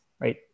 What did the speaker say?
right